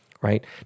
right